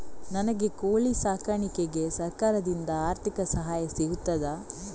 ನನಗೆ ಕೋಳಿ ಸಾಕಾಣಿಕೆಗೆ ಸರಕಾರದಿಂದ ಆರ್ಥಿಕ ಸಹಾಯ ಸಿಗುತ್ತದಾ?